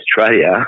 Australia